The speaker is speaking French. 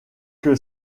que